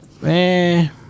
Man